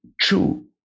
true